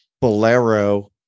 Bolero